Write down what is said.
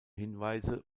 hinweise